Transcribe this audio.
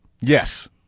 Yes